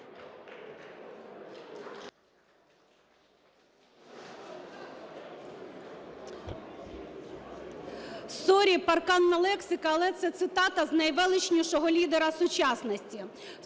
Sorry, парканна лексика, але це цитата з найвеличнішого лідера сучасності.